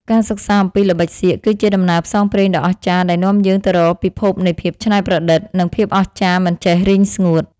ការសិក្សាអំពីល្បិចសៀកគឺជាដំណើរផ្សងព្រេងដ៏អស្ចារ្យដែលនាំយើងទៅរកពិភពនៃភាពច្នៃប្រឌិត និង ភាពអស្ចារ្យមិនចេះរីងស្ងួត។